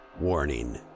Warning